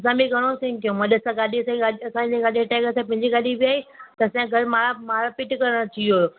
असां बि घणो सिन कयूं अॾु असां गाॾी असांजी गाॾी त असांजी गाॾी हटाए पंहिंजी गाॾी बीहाईं त असांए घर मारा मारापिटी करणु अची वियो हो